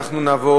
נעבור